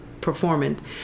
performance